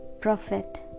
prophet